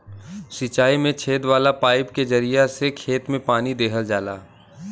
सिंचाई में छेद वाला पाईप के जरिया से खेत में पानी देहल जाला